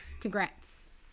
congrats